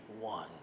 one